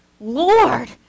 Lord